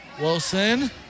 Wilson